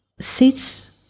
sits